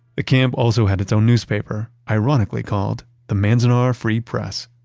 the camp also had its own newspaper, ironically called the manzanar free press,